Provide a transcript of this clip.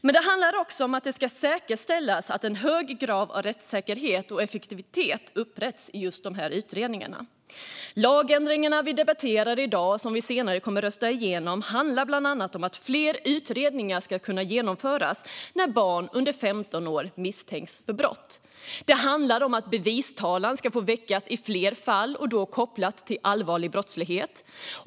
Men det handlar också om att det ska säkerställas att en hög grad av rättssäkerhet och effektivitet upprätthålls i just sådana utredningar. De lagändringar som vi debatterar i dag och som vi senare kommer att rösta igenom handlar bland annat om att fler utredningar ska kunna genomföras när barn under 15 år misstänks för brott. Det handlar om att bevistalan ska få väckas i fler fall, och då kopplat till allvarlig brottslighet.